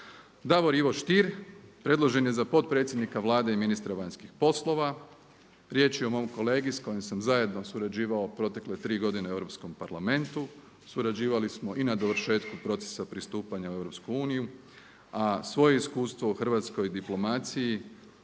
Davor Ivo Stier predložen je za potpredsjednika Vlade i ministra vanjskih poslova. Riječ je o mom kolegi s kojim sam zajedno surađivao protekle tri godine u Europskom parlamentu, surađivali smo i na dovršetku procesa pristupanja u EU, a svoje iskustvo u hrvatskoj diplomaciji